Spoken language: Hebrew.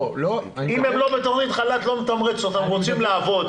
אם הם לא בתוכנית חל"ת הם רוצים לעבוד.